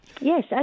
Yes